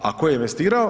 A ko je investirao?